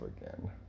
again